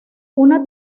una